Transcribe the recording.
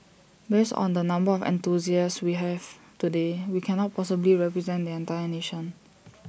based on the number of enthusiasts we have today we cannot possibly represent the entire nation